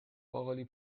باقالی